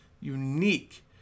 unique